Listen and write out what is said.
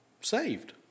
saved